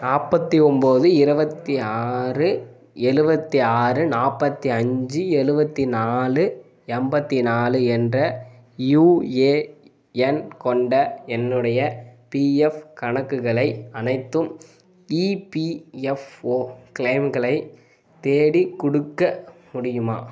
நாற்பத்தி ஒம்போது இருபத்தி ஆறு எழுவத்தி ஆறு நாற்பத்தி அஞ்சு எழுவத்தி நாலு எண்பத்தி நாலு என்ற யுஏஎன் கொண்ட என்னுடைய பிஎஃப் கணக்குகளை அனைத்து இபிஎஃப்ஓ க்ளைம்களை தேடிக் கொடுக்க முடியுமா